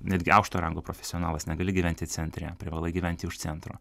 netgi aukšto rango profesionalas negali gyventi centre privalai gyventi už centro